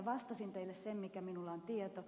vastasin teille sen mikä minulla on tieto